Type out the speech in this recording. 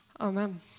Amen